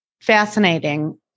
Fascinating